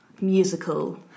musical